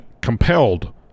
compelled